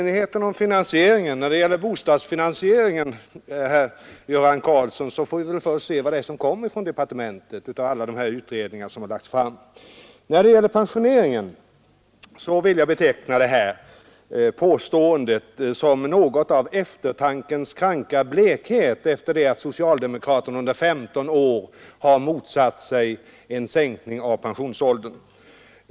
När det gäller oenigheten i fråga om bostadsfinansieringen, herr Göran Karlsson, får vi väl först se vad det är som kommer från departementet. I fråga om pensioneringens finansiering vill jag beteckna herr Karlssons påstående som något av eftertankens kranka blekhet efter det att socialdemokraterna under 15 år motsatt sig en sänkning av pensionsåldern.